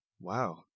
Wow